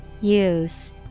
Use